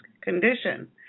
condition